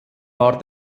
war